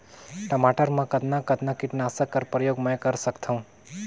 टमाटर म कतना कतना कीटनाशक कर प्रयोग मै कर सकथव?